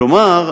כלומר,